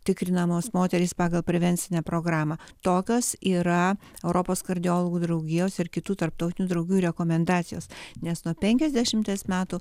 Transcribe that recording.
tikrinamos moterys pagal prevencinę programą tokios yra europos kardiologų draugijos ir kitų tarptautinių draugų rekomendacijos nes nuo penkiasdešimties metų